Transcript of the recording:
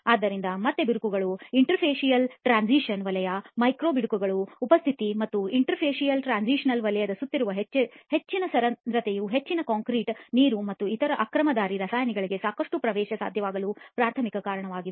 ಆದ್ದರಿಂದ ಮತ್ತೆ ಬಿರುಕುಗಳು ಮತ್ತು ಇಂಟರ್ಫೇಸಿಯಲ್ ಟ್ರಾನ್ಸಿಶನ್ ವಲಯ ಮೈಕ್ರೊ ಬಿರುಕುಗಳ ಉಪಸ್ಥಿತಿ ಮತ್ತು ಇಂಟರ್ಫೇಸಿಯಲ್ ಟ್ರಾನ್ಸಿಶನ್ ವಲಯದ ಸುತ್ತಲಿನ ಹೆಚ್ಚಿನ ಸರಂಧ್ರತೆಯು ಹೆಚ್ಚಿನ ಕಾಂಕ್ರೀಟ್ನೀರು ಮತ್ತು ಇತರ ಆಕ್ರಮಣಕಾರಿ ರಾಸಾಯನಿಕಗಳಿಗೆ ಸಾಕಷ್ಟು ಪ್ರವೇಶಸಾಧ್ಯವಾಗಲು ಪ್ರಾಥಮಿಕ ಕಾರಣಗಳಾಗಿವೆ